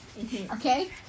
okay